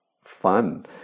fun